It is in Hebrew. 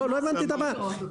לא הבנתי את הבעיה.